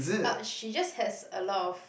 uh she just has a lot of